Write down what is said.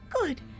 good